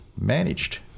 managed